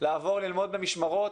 לעבור ללמוד במשמרות.